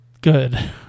good